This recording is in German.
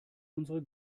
unsere